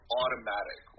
automatic